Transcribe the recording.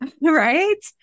right